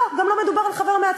לא, גם לא מדובר על חבר מהצבא.